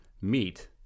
meet